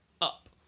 up